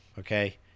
Okay